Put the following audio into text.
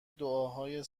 دعاهای